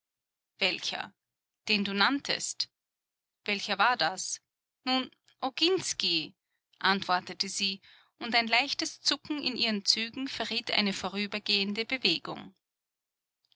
welcher den du nanntest welcher war das nun oginsky antwortete sie und ein leichtes zucken in ihren zügen verriet eine vorübergehende bewegung